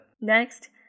Next